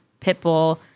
Pitbull